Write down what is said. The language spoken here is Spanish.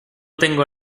tengo